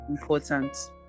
important